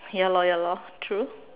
ya lor ya lor true